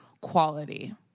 quality